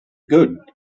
good